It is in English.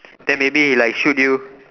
then maybe like shoot you